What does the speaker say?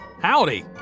Howdy